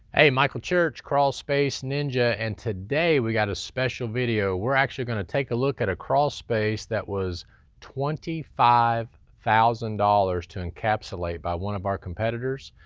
michael church, crawl space ninja, and today we got a special video. we're actually gonna take a look at a crawl space that was twenty five thousand dollars to encapsulate by one of our competitors,